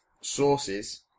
sources